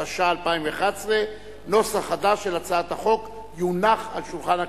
התשע"א 2011. נוסח חדש של הצעת החוק יונח על שולחן הכנסת.